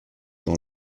dans